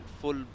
full